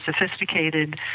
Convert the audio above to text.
sophisticated